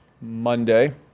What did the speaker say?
Monday